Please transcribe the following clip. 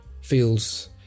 feels